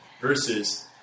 Versus